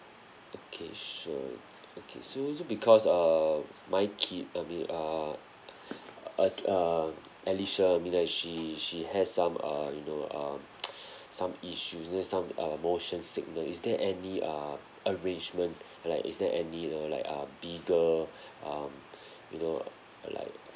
okay sure okay so so because err my kid I mean err uh um alicia I mean like she she has some uh you know uh some issue some um motion sickness is there any uh arrangement like is there any you know like uh bigger um you know like